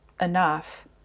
enough